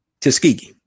Tuskegee